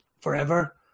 forever